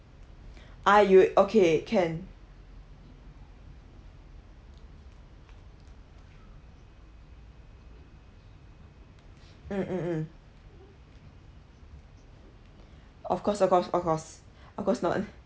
ah you okay can mm mm mm of course of course of course of course not